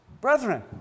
Brethren